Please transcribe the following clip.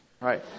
right